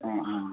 അ ആ